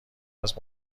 است